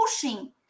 pushing